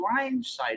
blindsided